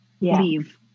leave